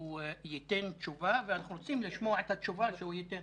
ייתן תשובה ואנחנו רוצים לשמוע את התשובה שהוא ייתן